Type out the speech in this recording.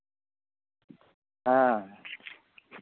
ᱦᱮᱸ